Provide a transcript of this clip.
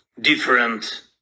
different